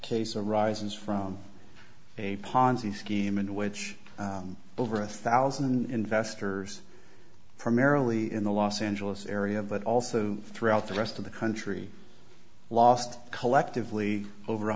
case arises from a ponzi scheme in which over a thousand an investor's primarily in the los angeles area but also throughout the rest of the country lost collectively over